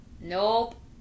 Nope